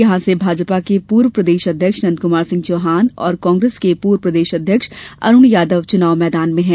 यहां से भाजपा के पूर्व प्रदेश अध्यक्ष नंदक्मार सिंह चौहान और कांग्रेस के पूर्व प्रदेश अध्यक्ष अरुण यादव चुनाव मैदान में हैं